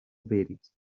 varies